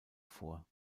vor